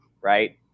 right